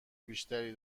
بیشتری